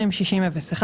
206001,